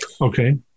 Okay